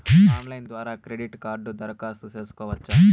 Online ద్వారా credit కార్డుకు దరఖాస్తు సేసుకోవచ్చా?